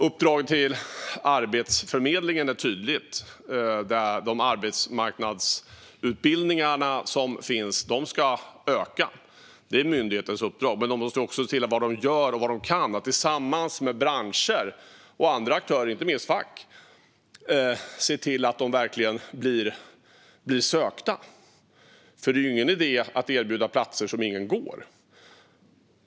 Uppdraget till Arbetsförmedlingen är tydligt: De arbetsmarknadsutbildningar som finns ska öka; det är myndighetens uppdrag. Men det handlar också om vad man gör och vad man kan. Arbetsförmedlingen måste tillsammans med branscher och andra aktörer, inte minst fack, se till att utbildningarna verkligen blir sökta. Det är ju ingen idé att erbjuda platser som ingen tar.